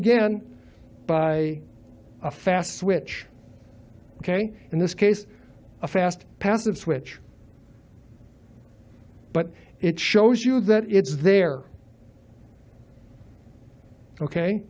again by a fast switch ok in this case a fast passive switch but it shows you that it's there ok